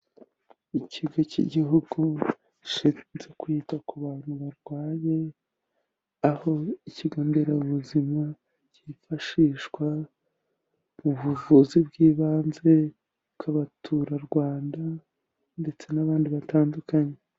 Ikigo cy'igihugu gishinzwe kwita ku bantu barwaye aho ikigo nderabuzima cyifashishwa mu buvuzi bw'ibanze bw'abaturarwanda ndetse n'abandi batandukanye.